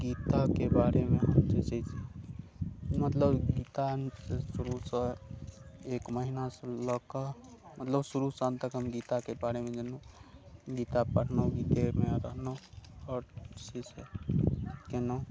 गीताके बारेमे हम जे छै से मतलब गीता शुरूसँ एक महिनासँ लऽ कऽ मतलब शुरूसँ अन्ततक हम गीताके बारेमे जनलहुँ गीता पढलहुँ गीतेमे रहलहुँ आओर जे छै से केलहुँ